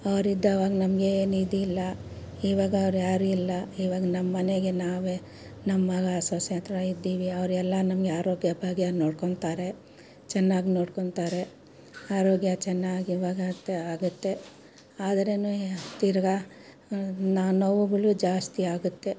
ಅವ್ರಿದ್ದಾವಾಗ ನಮಗೆ ಏನು ಇದಿಲ್ಲ ಇವಾಗ ಅವ್ರುಯಾರು ಇಲ್ಲ ಇವಾಗ ನಮ್ಮಮನೆಗೆ ನಾವೇ ನಮ್ಮಮಗ ಸೊಸೆ ಹತ್ರ ಇದ್ದೀವಿ ಅವರೆಲ್ಲ ನಮಗೆ ಆರೋಗ್ಯ ಭಾಗ್ಯ ನೋಡಿಕೊಂತಾರೆ ಚೆನ್ನಾಗ್ ನೋಡಿಕೊಂತಾರೆ ಆರೋಗ್ಯ ಚೆನ್ನಾಗಿ ಇವಾಗಷ್ಟೇ ಆಗತ್ತೆ ಆದ್ರೆ ತಿರುಗಾ ನೋವುಗಳು ಜಾಸ್ತಿ ಆಗತ್ತೆ